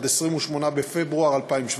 עד 28 בפברואר 2017,